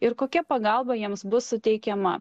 ir kokia pagalba jiems bus suteikiama